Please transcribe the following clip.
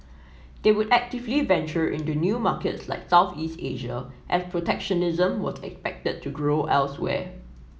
they would actively venture into new markets like Southeast Asia as protectionism was expected to grow elsewhere